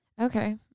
okay